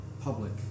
public